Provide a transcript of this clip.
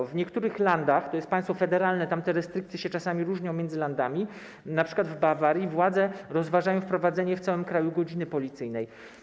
W niektórych landach - to jest państwo federalne, tam te restrykcje czasami różnią się między landami - np. w Bawarii władze rozważają wprowadzenie w całym kraju godziny policyjnej.